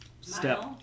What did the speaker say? step